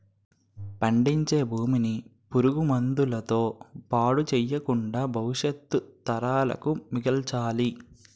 పండించే భూమిని పురుగు మందుల తో పాడు చెయ్యకుండా భవిష్యత్తు తరాలకు మిగల్చాలి